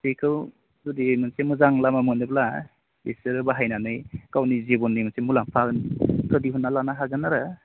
बेखौ जुदि मोनसे मोजां लामा मोनोब्ला बिसोरो बाहायनानै गावनि जिउनि मोनसे मुलाम्फाखौ दिहुनना लानो हागोन आरो